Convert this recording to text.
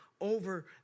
over